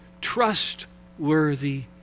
trustworthy